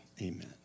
amen